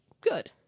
good